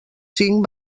cinc